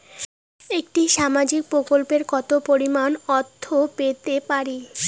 একটি সামাজিক প্রকল্পে কতো পরিমাণ অর্থ পেতে পারি?